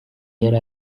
yari